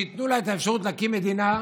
שייתנו לה את האפשרות להקים מדינה,